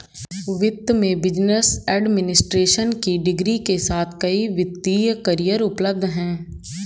वित्त में business administration की डिग्री के साथ कई वित्तीय करियर उपलब्ध हैं